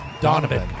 Donovan